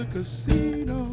because you know